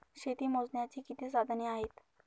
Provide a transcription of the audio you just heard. शेती मोजण्याची किती साधने आहेत?